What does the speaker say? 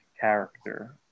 character